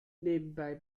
nebenbei